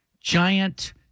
Giant